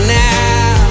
now